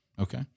Okay